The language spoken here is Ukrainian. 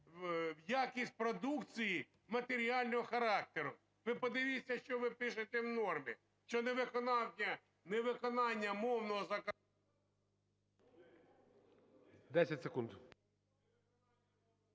якість продукції матеріального характер?. Ви подивіться, що ви пишете в нормі, що невиконання мовного… ГОЛОВУЮЧИЙ. 10 секунд.